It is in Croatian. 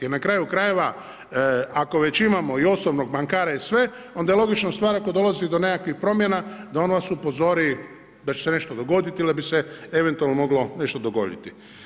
Jer na kraju krajeva ako već imamo i osobnog bankara i sve, onda je logična stvar ako dolazi do nekakvih promjena da on vas upozori da će se nešto dogoditi ili da bi se eventualno moglo nešto dogoditi.